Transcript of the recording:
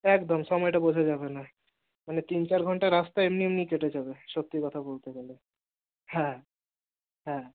একদম সময়টা বোঝা যাবে না মানে তিন চার ঘন্টা রাস্তা এমনি এমনি কেটে যাবে সত্যি কথা বলতে গেলে হ্যাঁ হ্যাঁ